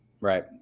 Right